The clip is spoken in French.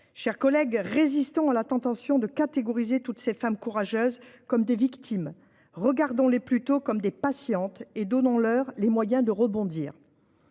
Chers collègues, résistons à la tentation de considérer toutes ces femmes courageuses comme des victimes ; regardons-les plutôt comme des patientes et donnons-leur les moyens de rebondir.